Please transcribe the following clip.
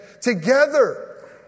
Together